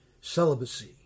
Celibacy